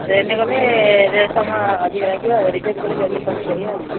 ଟ୍ରେନ୍ରେ ଗଲେ ସମୟ ଅଧିକା ଲାଗିବ ଆଉ ରିଜର୍ଭ୍ କଲେ ଜଲ୍ଦି ପହଞ୍ଚିପାରିବା ଆଉ